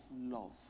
love